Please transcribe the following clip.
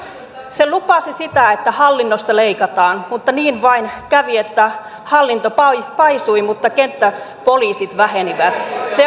lupasi sitä että hallinnosta leikataan mutta niin vain kävi että hallinto paisui paisui mutta kenttäpoliisit vähenivät